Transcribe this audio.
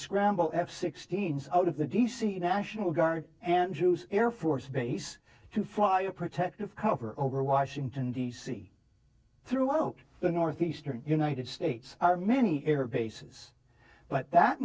scramble f sixteen out of the d c national guard andrews air force base to fly a protective cover over washington d c throughout the northeastern united states are many air bases but that